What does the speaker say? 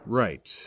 right